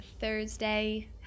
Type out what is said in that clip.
Thursday